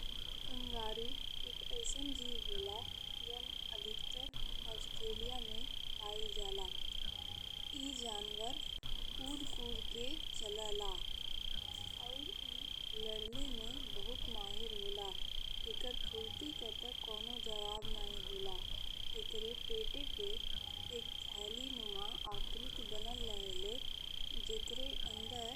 Kangaroo एक अइसन जीव होला जौन अधिकतर ऑस्ट्रेलिया में पाइला। ई जनावर कूद कूद के चलेला और ई लड़ले में बहुत माहिर होला। एकर फुर्ती के ते कौनो जवाब नाही होला। एकरे पेट पर एक थैलीनुमा आकृति बनल रहेला जेकरा अंदर